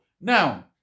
Now